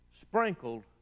Sprinkled